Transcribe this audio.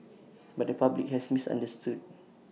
but the public has misunderstood